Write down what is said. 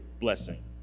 blessing